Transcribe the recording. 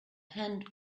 hand